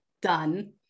done